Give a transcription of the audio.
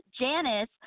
janice